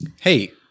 Hey